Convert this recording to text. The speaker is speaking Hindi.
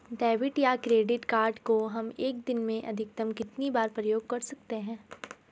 डेबिट या क्रेडिट कार्ड को हम एक दिन में अधिकतम कितनी बार प्रयोग कर सकते हैं?